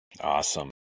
Awesome